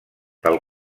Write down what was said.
pel